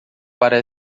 para